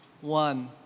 one